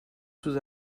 sous